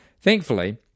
Thankfully